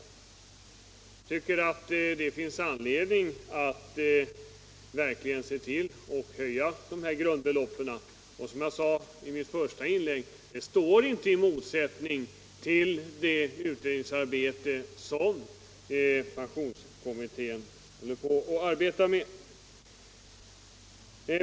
Jag tycker att det finns anledning att verkligen se till att grundbeloppen höjs. Och som jag sade i mitt första inlägg står det inte i motsättning till det utredningsarbete som pensionskommittén håller på med.